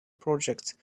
projects